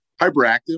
hyperactive